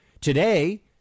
today